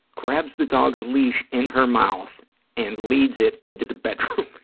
grabs the dog's leash in her mouth and leads it into the bedroom.